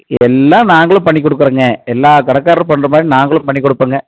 எல்லாம் நாங்களும் பண்ணி கொடுக்குறோங்க எல்லாம் கடைக்காரரும் பண்ணுற மாதிரி நாங்களும் பண்ணி கொடுப்போங்க